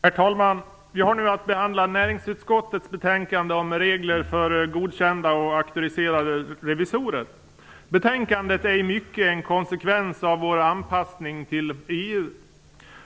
Fru talman! Vi har nu att behandla näringsutskottets betänkande om regler för godkända och auktoriserade revisorer. Betänkandet är i mycket en konsekvens av vår anpassning till EU.